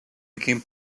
became